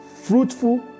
fruitful